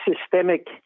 systemic